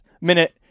minute